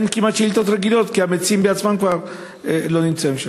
שאין כמעט שאילתות רגילות כי המציעים בעצמם כבר לא נמצאים.